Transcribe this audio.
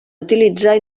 utilitzar